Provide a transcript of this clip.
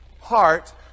heart